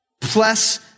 plus